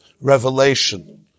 revelation